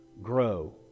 grow